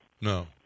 No